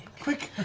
quick!